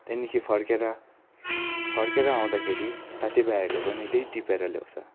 त्यहाँदेखि फर्किएर फर्किएर आउँदाखेरि साथी भाइहरूले पनि त्यही टिपेर ल्याउँछ